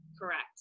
Correct